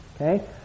Okay